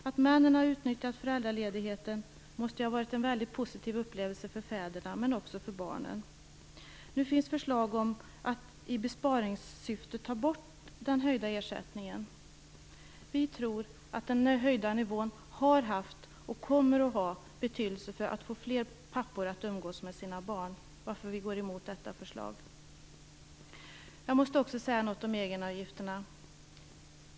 Att männen har utnyttjat föräldraledigheten måste ha varit en väldigt positiv upplevelse för fäderna men också för barnen. Det finns nu förslag om att man i besparingssyfte skall ta bort den höjda ersättningen. Vi tror att den höjda nivån har haft och kommer att ha betydelse när det gäller att få fler pappor att umgås med sina barn. Vi går därför emot detta förslag. Jag måste också säga något om egenavgifterna.